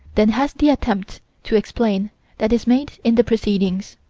than has the attempt to explain that is made in the proceedings